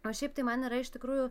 o šiaip tai man yra iš tikrųjų